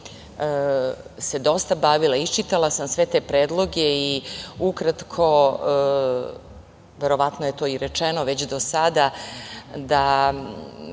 se dosta bavila, iščitala sam sve te predloge i ukratko, verovatno je to rečeno do sada, ne